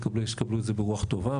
תקבלו את זה ברוח טובה.